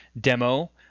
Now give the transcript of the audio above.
demo